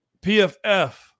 PFF